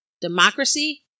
Democracy